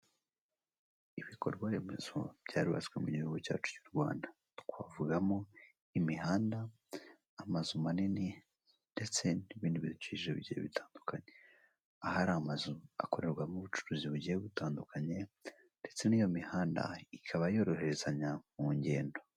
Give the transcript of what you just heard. Ibikorwa remezo byarubatswe mu gihugu cyacu cy'u Rwanda, twavugamo imihanda, amazu manini, ndetse n'ibintubiciriritse bigiye bitandukanye, aho hari amazu akorerwamo ubucuruzi bugiye butandukanye, ndetse n'iyo mihanda ikaba yoroherezanya mu ngendo.